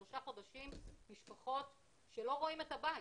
שלושה חודשים משפחות שלא רואים את הבית.